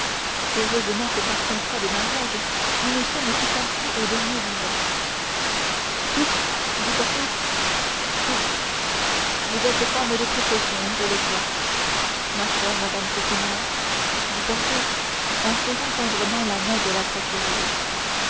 heureusement que par contrat de mariage nous nous sommes tout passé au dernier vivant tout dit porthos tout vous êtes femme de précaution je le vois ma chère madame coquenard dit porthos en serrant tendrement la main de la procureuse